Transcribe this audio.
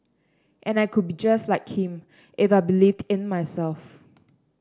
and I could be just like him if I believed in myself